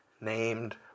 named